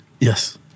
Yes